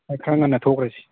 ꯑꯗꯨ ꯈꯔ ꯉꯟꯅ ꯊꯣꯛꯈ꯭ꯔꯁꯤ